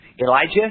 Elijah